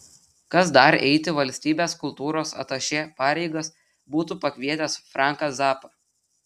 kas dar eiti valstybės kultūros atašė pareigas būtų pakvietęs franką zappą